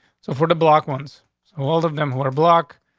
so for the block one's world of them who are block,